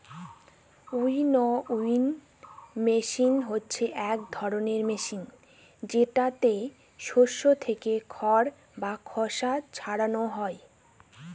winnowing machine হচ্ছে এক ধরনের মেশিন যেটাতে শস্য থেকে খড় বা খোসা ছারানো হয়